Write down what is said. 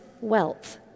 wealth